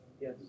Yes